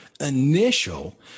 initial